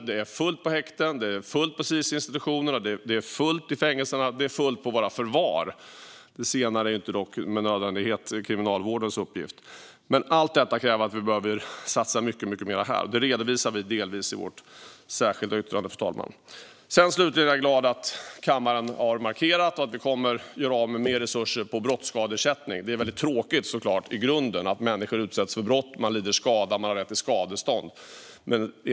Det är fullt på häkten, i Sis-institutionerna, i fängelser och på våra förvar. Det senare är dock inte med nödvändighet Kriminalvårdens uppgift. Allt detta kräver att vi behöver satsa mycket mer härifrån. Detta redovisar vi delvis i vårt särskilda yttrande, fru talman. Slutligen är jag glad över att kammaren har gjort en markering om att man vill göra av med mer resurser på brottsskadeersättning. Det är såklart väldigt tråkigt i grunden att människor utsätts för brott och lider skada. Men man har rätt till skadestånd.